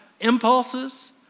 impulses